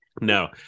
no